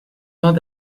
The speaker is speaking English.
not